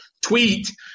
tweet